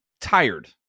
tired